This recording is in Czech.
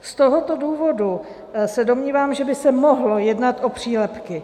Z tohoto důvodu se domnívám, že by se mohlo jednat o přílepky.